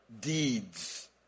deeds